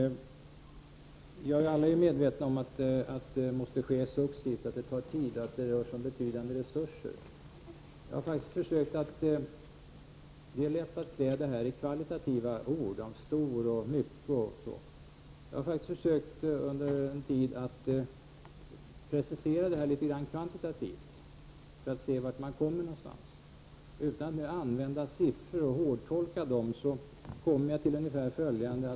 Vi är alla medvetna om att satsningen måste ske successivt, att det tar tid och att det rör sig om betydande resurser. Det är lätt att klä detta i kvalitativa ord som ”stor” och ”mycket” och liknande. Jag har under en tid försökt att precisera satsningen kvantitativt, för att se var man hamnar. Utan att hårdtolka siffror kom jag fram till ungefär följande.